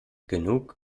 genug